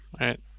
Right